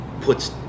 puts